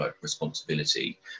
responsibility